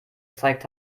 gezeigt